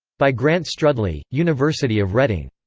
by grant strudley, university of reading'